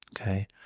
Okay